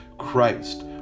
christ